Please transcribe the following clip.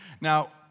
Now